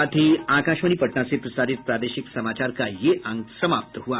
इसके साथ ही आकाशवाणी पटना से प्रसारित प्रादेशिक समाचार का ये अंक समाप्त हुआ